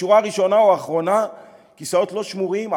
בשורה הראשונה או האחרונה כיסאות לא שמורים,